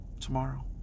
Tomorrow